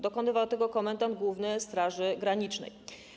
Dokonywał tego komendant główny Straży Granicznej.